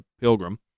pilgrim